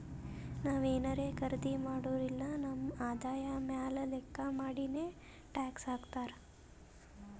ನಾವ್ ಏನಾರೇ ಖರ್ದಿ ಮಾಡುರ್ ಇಲ್ಲ ನಮ್ ಆದಾಯ ಮ್ಯಾಲ ಲೆಕ್ಕಾ ಮಾಡಿನೆ ಟ್ಯಾಕ್ಸ್ ಹಾಕ್ತಾರ್